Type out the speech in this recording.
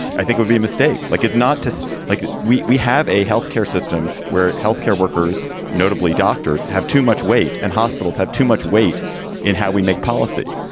i think would be a mistake. like it's not just like we we have a health care system where health care workers, notably doctors, have too much weight and hospitals have too much weight in how we make policy.